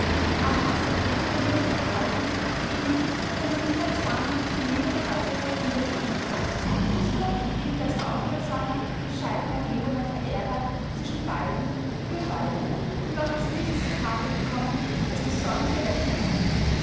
agnes hat ihre würdige haltung emil seine mittheilsame belebende heiterkeit wiedergefunden gustav lebte als aufmerksamer bescheiden ergebener verehrer zwischen beiden für beide und noch ist nichts zu tage gekommen was besorgniß erwecken könnte